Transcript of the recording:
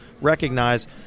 recognize